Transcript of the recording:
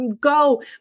go